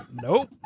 Nope